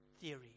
theory